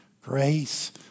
grace